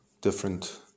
different